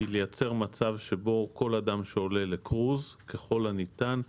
היא לייצר מצב שבו כל אדם שעולה לקרוז ככל הניתן,